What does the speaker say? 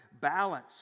balance